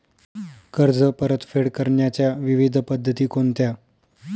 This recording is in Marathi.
कर्ज परतफेड करण्याच्या विविध पद्धती कोणत्या?